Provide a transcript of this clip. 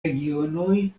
regionoj